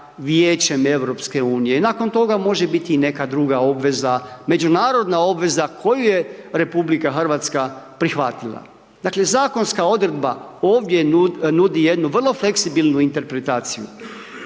Vijećem EU i nakon toga može biti i neka druga obveza, međunarodna obveza koju je RH prihvatila. Dakle, zakonska odredba ovdje nudi jednu vrlo fleksibilnu interpretaciju,